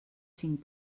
cinc